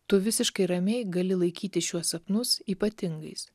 tu visiškai ramiai gali laikyti šiuos sapnus ypatingais